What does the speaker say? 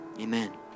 Amen